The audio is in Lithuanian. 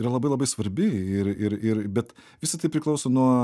yra labai labai svarbi ir ir ir bet visa tai priklauso nuo